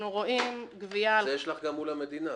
אנחנו רואים גבייה --- את זה יש לך גם מול המדינה.